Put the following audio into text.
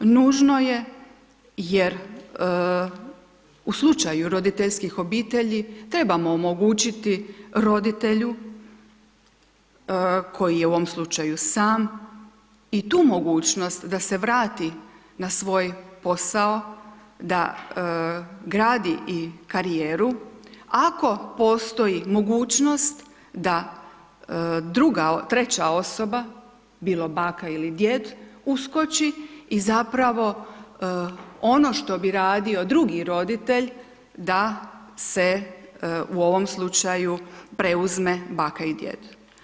Nužno je jer u slučaju roditeljskih obitelji trebamo omogućiti roditelju koji je u ovom slučaju sam i tu mogućnost da se vrati na svoj posao, da gradi i karijeru ako postoji mogućnost da druga, treća osoba, bilo baka ili djed uskoći i zapravo ono što bi radio drugi roditelj da u ovom slučaju preuzme baka i djed.